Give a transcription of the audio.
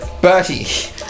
Bertie